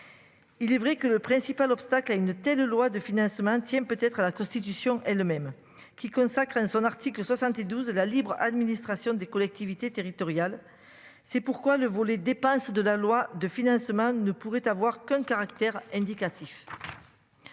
Il est vrai que le principal obstacle à une telle loi de finances maintient peut être à la Constitution elle-même qui consacre un son article 72, la libre administration des collectivités territoriales. C'est pourquoi le volet dépenses de la loi de financement ne pourrait avoir qu'un caractère indicatif.